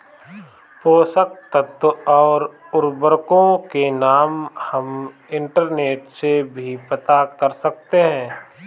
पोषक तत्व और उर्वरकों के नाम हम इंटरनेट से भी पता कर सकते हैं